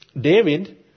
David